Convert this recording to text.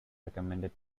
recommended